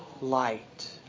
light